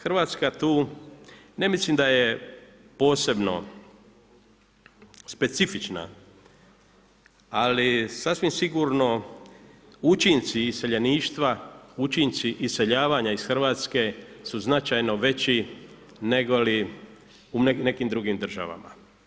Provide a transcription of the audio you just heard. Hrvatsku tu, ne mislim da je posebno specifična, ali sasvim sigurno učinci iseljeništva, učinci iseljavanja iz Hrvatske su značajno veći nego li u nekim drugim državama.